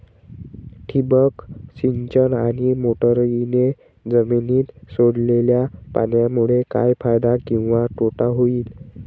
ठिबक सिंचन आणि मोटरीने जमिनीत सोडलेल्या पाण्यामुळे काय फायदा किंवा तोटा होईल?